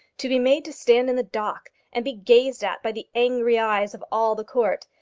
to be made to stand in the dock and be gazed at by the angry eyes of all the court,